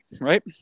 right